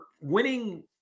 winning